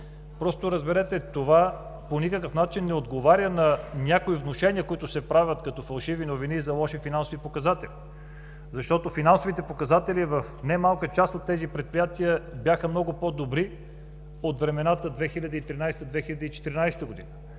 Разберете, това по никакъв начин не отговоря на някои внушения, които се правят, като фалшиви новини за лоши финансови показатели. Финансовите показани в немалка част от тези предприятия бяха много по-добри от времената 2013 – 2014 г.